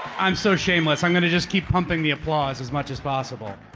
i'm so shameless, i'm gonna just keep pumping the applause as much as possible.